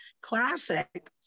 Classic